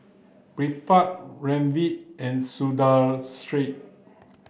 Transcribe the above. Birbal Ramdev and Sundaresh